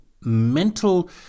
mental